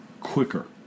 quicker